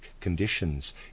conditions